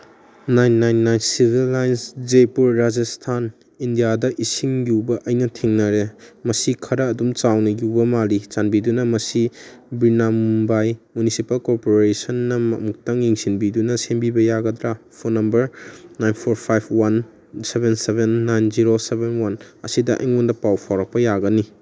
nine nine nine civil lines Jaipur Rajasthan ꯏꯟꯗꯤꯌꯥꯗ ꯏꯁꯤꯡ ꯌꯨꯕ ꯑꯩꯅ ꯊꯦꯡꯅꯔꯦ ꯃꯁꯤ ꯈꯔ ꯑꯗꯨꯝ ꯆꯥꯎꯅ ꯌꯨꯕ ꯃꯥꯜꯂꯤ ꯆꯥꯟꯕꯤꯗꯨꯅ ꯃꯁꯤ ꯕ꯭ꯔꯤꯅ ꯃꯨꯝꯕꯥꯏ ꯃꯨꯅꯤꯁꯤꯄꯥꯜ ꯀꯣꯔꯄꯣꯔꯦꯁꯟꯅ ꯑꯃꯨꯛꯇꯪ ꯌꯦꯡꯁꯟꯕꯤꯗꯨꯅ ꯁꯦꯝꯕꯤꯕ ꯌꯥꯒꯗ꯭ꯔꯥ phone number nine four five one seven seven nine zero seven one ꯑꯁꯤꯗ ꯑꯩꯉꯣꯟꯗ ꯄꯥꯎ ꯐꯥꯎꯔꯛꯄ ꯌꯥꯒꯅꯤ